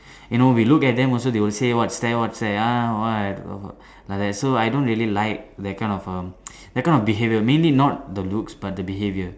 you know we look at them also they will say what stare what stare ah what like that so I don't really like that kind of um that kind of behaviour mainly not the looks but the behaviour